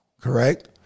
correct